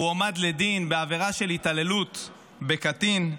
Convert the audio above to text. הועמד לדין בעבירה של התעללות בקטין.